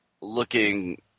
looking